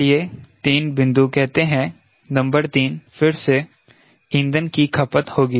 चलिए 3 बिंदु कहते हैं नंबर 3 फिर से ईंधन की खपत होगी